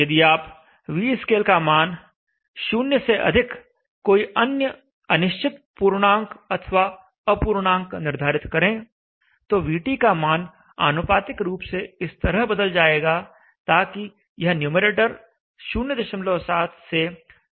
यदि आप vscale का मान 0 से अधिक कोई अन्य अनिश्चित पूर्णांक अथवा अपूर्णांक निर्धारित करें तो vT का मान आनुपातिक रूप से इस तरह बदल जाएगा ताकि यह न्यूमैरेटर 07 से 08 के आसपास रहे